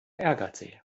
ehrgeizig